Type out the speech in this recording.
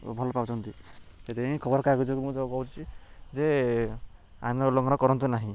ଭଲ ପାଉଛନ୍ତି ସେଥିପାଇଁ ଖବରକାଗଜକୁ ମୁଁ ତ କହୁଛି ଯେ ଆଇନ ଉଲଂଘନ କରନ୍ତୁ ନାହିଁ